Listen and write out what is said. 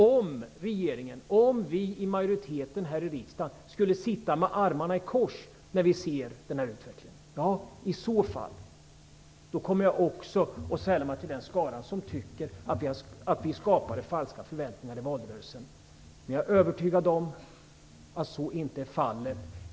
Om det vore så att regeringen och vi i majoriteten här i riksdagen satt med armarna i kors när vi såg utvecklingen, skulle jag också sälla mig till den skara som tycker att vi skapade falska förväntningar i valrörelsen. Jag är dock övertygad om att så inte är fallet.